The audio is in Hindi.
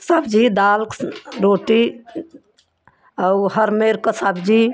सब्ज़ी दाल रोटी और हर मेर का सब्ज़ी